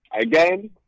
Again